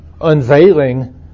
unveiling